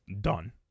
done